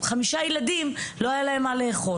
אז 5 ילדים לא היה להם מה לאכול.